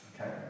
Okay